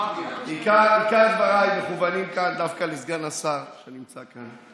עיקר דבריי מכוונים כאן דווקא לסגן השר שנמצא כאן.